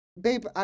babe